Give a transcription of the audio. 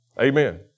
Amen